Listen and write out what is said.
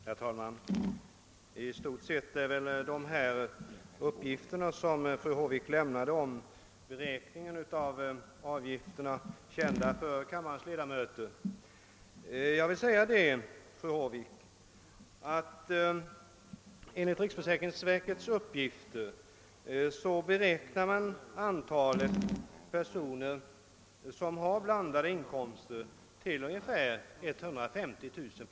Herr talman! I stort sett är väl de uppgifter fru Håvik lämnade om beräkningen av avgifterna kända för kammarens ledamöter. Enligt riksförsäkringsverkets uppgifter beräknas antalet personer med blandad inkomst till ungefär 150 000.